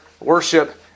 worship